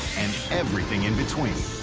and everything in between.